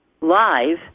live